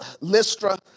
Lystra